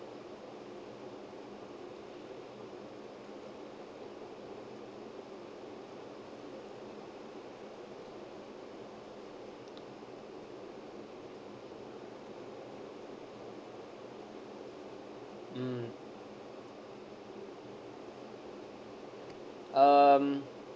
mm um